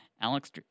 Alex